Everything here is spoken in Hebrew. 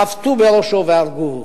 חבטו בראשו והרגוהו.